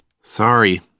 Sorry